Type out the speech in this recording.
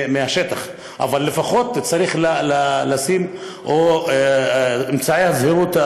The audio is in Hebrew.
מהשטח, אבל לפחות צריך לשים אמצעי זהירות.